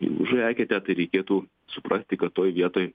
įlūžo į eketę tai reikėtų suprasti kad toj vietoj